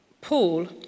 Paul